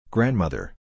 Grandmother